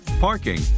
parking